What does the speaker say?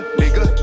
nigga